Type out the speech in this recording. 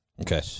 Okay